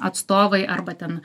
atstovai arba ten